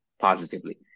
positively